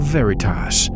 Veritas